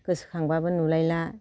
गोसोखांबाबो नुलायला